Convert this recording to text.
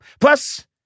Plus